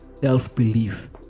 Self-belief